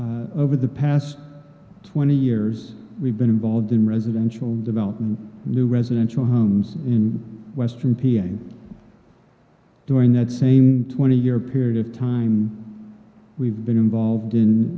venetian over the past twenty years we've been involved in residential development new residential homes in western peering during that same twenty year period of time we've been involved in